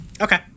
Okay